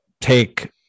take